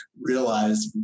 realize